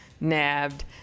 nabbed